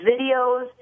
videos